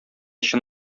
чын